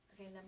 okay